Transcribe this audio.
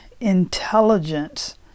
intelligence